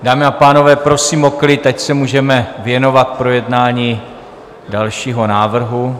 Dámy a pánové, prosím o klid, ať se můžeme věnovat projednání dalšího návrhu.